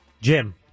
Jim